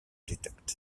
detect